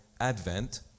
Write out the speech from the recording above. Advent